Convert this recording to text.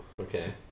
Okay